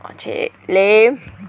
orh !chey! lame